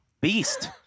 Beast